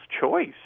choice